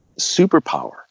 superpower